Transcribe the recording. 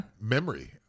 memory